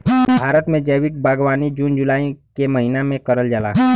भारत में जैविक बागवानी जून जुलाई के महिना में करल जाला